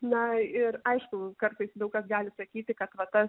na ir aišku kartais daug kas gali sakyti kad va ta